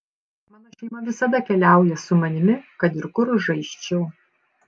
mano šeima visada keliauja su manimi kad ir kur žaisčiau